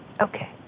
Okay